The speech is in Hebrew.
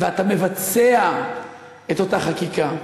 ואתה מבצע את אותה חקיקה.